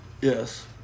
Yes